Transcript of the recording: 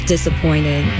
Disappointed